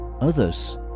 others